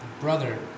brother